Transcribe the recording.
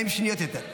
40 שניות יותר.